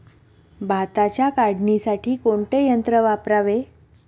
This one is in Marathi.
भाताच्या काढणीसाठी कोणते यंत्र वापरावे?